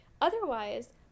Otherwise